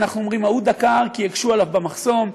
אנחנו אומרים: ההוא דקר כי הקשו עליו במחסום,